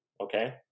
Okay